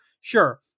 Sure